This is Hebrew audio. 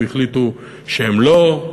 הם החליטו שהם לא.